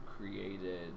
created